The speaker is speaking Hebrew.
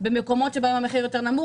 במקומות שבהם המחיר יותר נמוך,